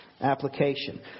application